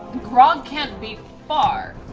grog can't be far,